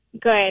Good